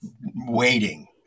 waiting